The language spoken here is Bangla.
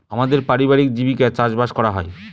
আমাদের পারিবারিক জীবিকা চাষবাস করা হয়